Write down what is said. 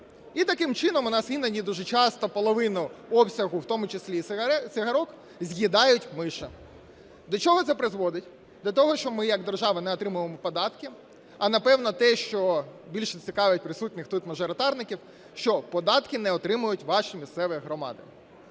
І таким чином, у нас іноді дуже часто половину обсягу, в тому числі сигарок, з'їдають миші. До чого це призводить? До того, що ми як держава не отримуємо податки, а, напевно, те, що більше цікавить присутніх тут мажоритарників, що податки не отримують ваші місцеві громади.